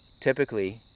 typically